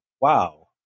wow